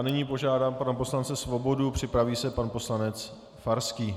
Nyní požádám pana poslance Svobodu, připraví se pan poslanec Farský.